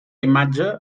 imatge